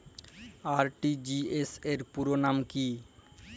RTGS র পুরো নাম কি?